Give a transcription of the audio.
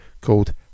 called